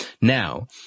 Now